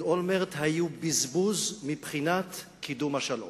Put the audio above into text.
אולמרט היו בזבוז מבחינת קידום השלום,